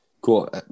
Cool